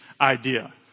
idea